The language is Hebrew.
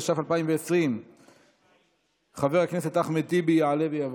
התש"ף 2020. חבר הכנסת אחמד טיבי יעלה ויבוא.